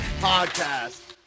podcast